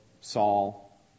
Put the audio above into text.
Saul